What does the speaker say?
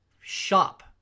shop